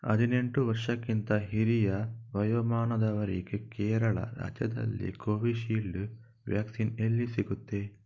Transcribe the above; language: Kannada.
ಹದಿನೆಂಟು ವರ್ಷಕ್ಕಿಂತ ಹಿರಿಯ ವಯೋಮಾನದವರಿಗೆ ಕೇರಳ ರಾಜ್ಯದಲ್ಲಿ ಕೋವಿಶೀಲ್ಡ್ ವ್ಯಾಕ್ಸಿನ್ ಎಲ್ಲಿ ಸಿಗುತ್ತೆ